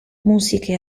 musiche